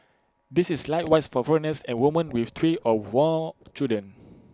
this is likewise for foreigners and women with three or more children